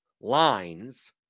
lines